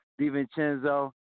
DiVincenzo